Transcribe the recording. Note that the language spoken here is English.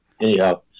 anyhow